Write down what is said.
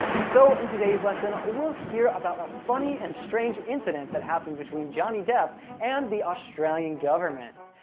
so, in today's lesson, we'll hear about a funny and strange incident that happened between johnny depp and the australian government.